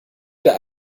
der